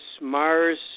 Mars